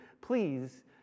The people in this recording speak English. please